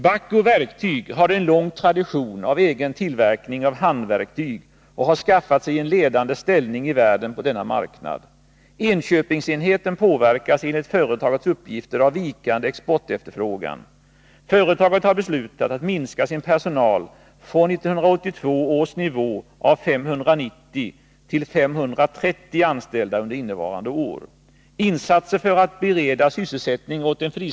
Bahco Verktyg har en lång tradition av egen tillverkning av handverktyg och har skaffat sig en ledande ställning i världen på denna marknad. Enköpingsenheten påverkas enligt företagets uppgifter av vikande exportefterfrågan. Företaget har beslutat att minska sin personal från 1982 års nivå av 590 till 530 anställda under innevarande år. Insatser för att bereda ken.